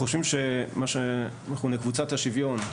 אנחנו חושבים שמה שמכונה קבוצת השוויון,